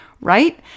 right